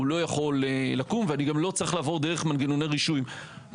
הוא לא יכול לקום ואני גם לא צריך לעבור דרך מנגנוני רישוי מורכבים.